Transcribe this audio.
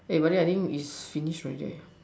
eh buddy I think it's finish right already